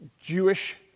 Jewish